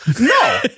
No